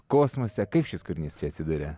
kosmose kaip šis kūrinys čia atsiduria